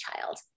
Child